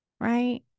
Right